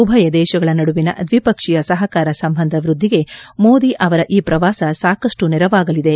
ಉಭಯ ದೇಶಗಳ ನಡುವಿನ ದ್ವಿಪಕ್ಷೀಯ ಸಪಕಾರ ಸಂಬಂಧ ವೃದ್ಧಿಗೆ ಮೋದಿ ಅವರ ಈ ಪ್ರವಾಸ ಸಾಕಷ್ಟು ನೆರವಾಗಲಿದೆ